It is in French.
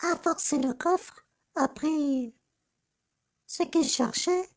a forcé le coffre a pris ce qu'il cherchait